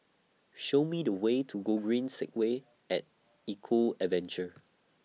Show Me The Way to Gogreen Segway At Eco Adventure